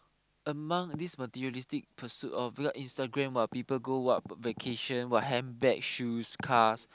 among this materialistic pursuit of what Instagram [what] people go what vacation what handbag shoes cars